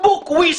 בקבוק ויסקי.